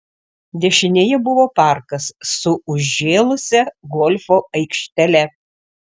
dešinėje buvo parkas su užžėlusia golfo aikštele